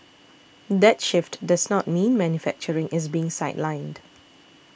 that shift does not mean manufacturing is being sidelined